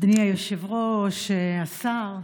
אדוני היושב-ראש, השר,